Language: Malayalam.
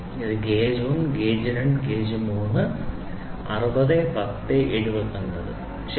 അതിനാൽ ഇത് ഗേജ് 1 ഗേജ് 2 ഗേജ് 3 60 10 79 ശരി